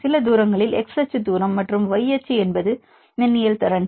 சில தூரங்களில் X அச்சு தூரம் மற்றும் Y அச்சு என்பது மின்னியல் திறன்